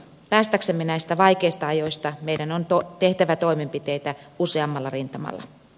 päästäksemme näistä vaikeista ajoista meidän on tehtävä toimenpiteitä useammalla rintamalla